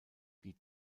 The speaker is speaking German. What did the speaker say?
die